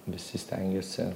visi stengiasi